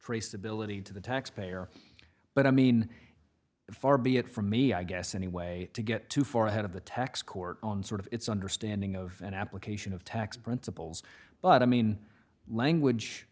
traceability to the taxpayer but i mean far be it from me i guess any way to get too far ahead of the tax court on sort of its understanding of an application of tax principles but i mean language